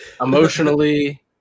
Emotionally